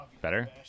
Better